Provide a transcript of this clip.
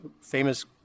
famous